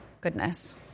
Goodness